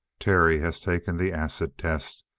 terry has taken the acid test,